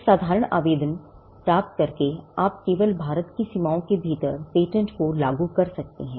एक साधारण आवेदन प्राप्त करके आप केवल भारत की सीमाओं के भीतर पेटेंट को लागू कर सकते हैं